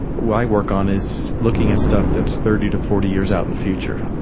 what i work on is looking at stuff that's thirty to forty years out in the future.